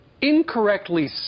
incorrectly